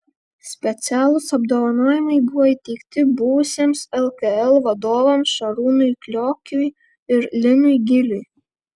specialūs apdovanojimai buvo įteikti buvusiems lkl vadovams šarūnui kliokiui ir linui giliui